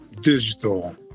digital